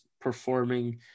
performing